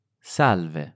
salve